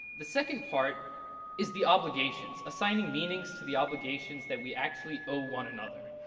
the second part is the obligations, assigning meanings to the obligations that we actually owe one another.